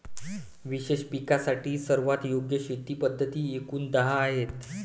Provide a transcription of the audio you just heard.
विशेष पिकांसाठी सर्वात योग्य शेती पद्धती एकूण दहा आहेत